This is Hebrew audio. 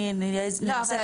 אני אנסח את זה.